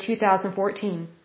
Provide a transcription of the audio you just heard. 2014